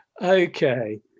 Okay